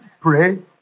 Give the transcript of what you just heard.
pray